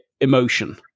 emotion